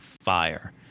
fire